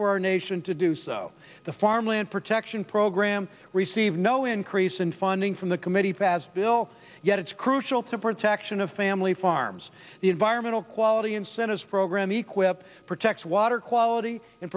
for our nation to do so the farmland protection program received no increase in funding from the committee passed bill yet it's crucial to protection of family farms the environmental quality incentive program equip protects water quality and